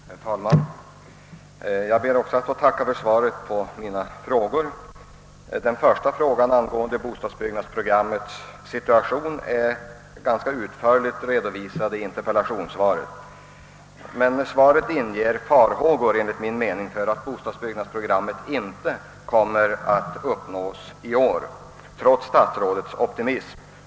Herr talman! Jag ber också att få tacka för svaret på mina frågor. Den första frågan angående bostadsbyggandets situation är ganska utförligt redovisad i interpellationssvaret. Men svaret inger, enligt min mening, farhågor för att bostadsbyggnadsprogrammet inte kommer att kunna förverkligas i år — trots statsrådets optimism.